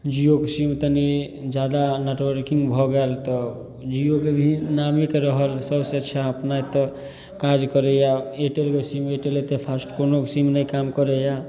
जियोके sim तनी जादा networking भऽ गेल तऽ जियोके भी नामेके रहल सबसे अच्छा अपना एतय काज करैया एयरटेलके सीम एयरटेल एते फास्ट कोनो सीम नहि काम करैया